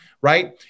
right